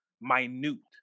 minute